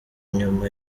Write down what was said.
nyuma